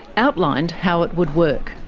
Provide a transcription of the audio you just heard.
outlined how it would work.